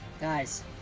Guys